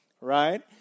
right